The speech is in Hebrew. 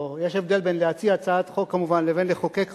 יש כמובן הבדל בין להציע הצעת חוק לבין לחוקק חוק.